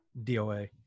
DOA